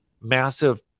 massive